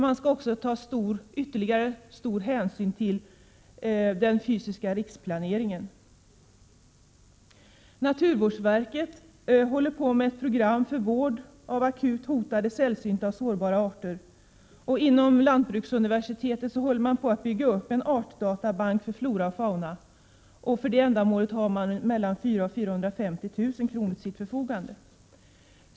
Man skall också ta stor hänsyn till den fysiska riksplaneringen. sällsynta, sårbara arter. Inom lantbruksuniversitetet håller man på att bygga ät upp en artdatabank för flora och fauna. För det ändamålet har det mellan 400 000 och 450 000 kr. till sitt förfogande.